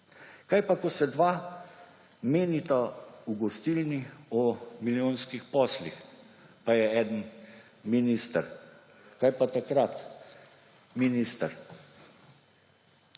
Kaj pa, ko se dva menita v gostilni o milijonskih poslih, pa je eden minister? Kaj pa takrat, minister?